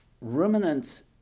Ruminants